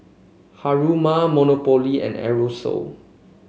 Haruma Monopoly and Aerosoles